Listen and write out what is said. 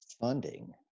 funding